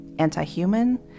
anti-human